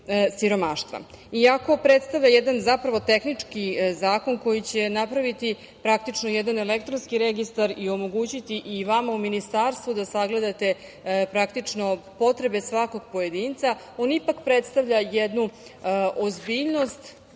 predstavlja jedan zapravo tehnički zakon koji će napraviti praktično jedan elektronski registar i omogućiti i vama u ministarstvu da sagledate praktično potrebe svakog pojedinca on ipak predstavlja jednu ozbiljnost,